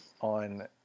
on